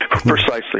Precisely